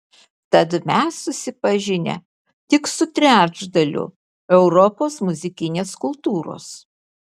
tad mes susipažinę tik su trečdaliu europos muzikinės kultūros